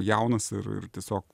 jaunas ir ir tiesiog